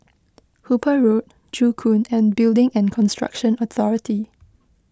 Hooper Road Joo Koon and Building and Construction Authority